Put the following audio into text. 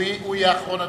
הוא יהיה אחרון הדוברים.